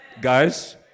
Guys